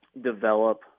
develop